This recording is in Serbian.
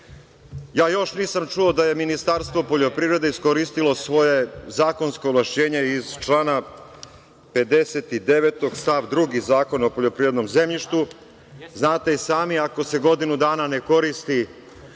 nisam čuo da je Ministarstvo poljoprivrede iskoristilo svoje zakonsko ovlašćenje iz člana 59. stav 2. Zakona o poljoprivrednom zemljištu. Znate i sami, ako se godinu dana ne